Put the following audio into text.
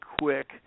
quick